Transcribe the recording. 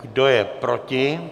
Kdo je proti?